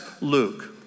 Luke